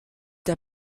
der